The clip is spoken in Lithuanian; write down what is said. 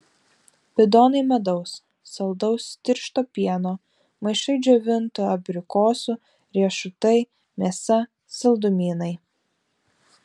bidonai medaus saldaus tiršto pieno maišai džiovintų abrikosų riešutai mėsa saldumynai